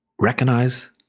recognize